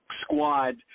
squad